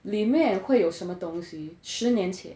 里面会有什么东西十年前